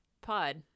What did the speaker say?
pod